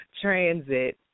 Transit